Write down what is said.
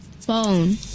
Phone